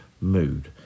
mood